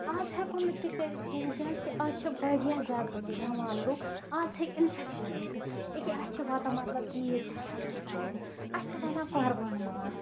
آز ہیٚکو نہٕ تہِ کٔرِتھ کہیٖنۍ کیازِ کہِ آز چھُ واریاہ زیادٕ بیمار لُکھ آز ہیٚکہِ اِنفیکَشن گٔژھِتھ ییٚکیاہ اَسہِ چھُ واتن مطلب عیٖد چھےٚ آسان اَسہِ اسہِ چھُ واتان قۄربان ماز